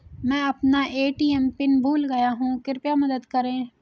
मैं अपना ATM PIN भूल गया हूँ कृपया मदद करें